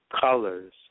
colors